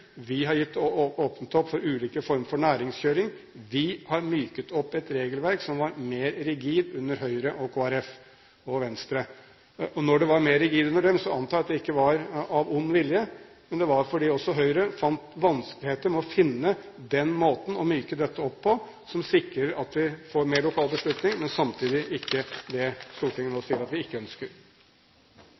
Vi har åpnet opp for ulike former for næringskjøring. Vi har myket opp et regelverk som var mer rigid under Høyre, Kristelig Folkeparti og Venstre. Når det var mer rigid under dem, antar jeg at det ikke var av ond vilje, men fordi også Høyre hadde vanskeligheter med å finne den måten å myke dette opp på som sikrer at vi får mer lokal beslutning, men samtidig ikke det Stortinget nå sier at det ikke ønsker.